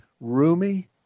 roomy